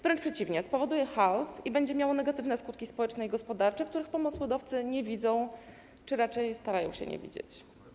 Wręcz przeciwnie, spowoduje chaos i będzie miało negatywne skutki społeczne i gospodarcze, których pomysłodawcy nie widzą czy raczej starają się nie widzieć.